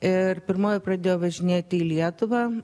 ir pirmoji pradėjo važinėti į lietuvą